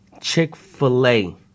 Chick-fil-A